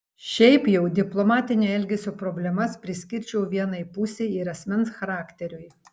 šiaip jau diplomatinio elgesio problemas priskirčiau vienai pusei ir asmens charakteriui